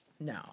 no